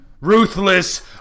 ruthless